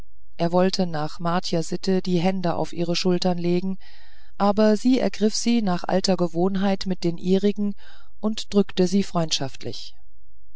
er wollte nach martiersitte die hände auf ihre schultern legen aber sie ergriff sie nach alter gewohnheit mit den ihrigen und drückte sie freundschaftlich